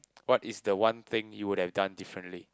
what is the one thing you would have done differently